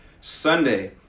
Sunday